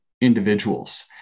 individuals